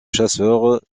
chasseur